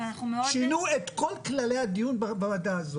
שינו את כל כללי הדיון בוועדה הזאת.